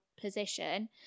position